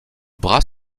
bras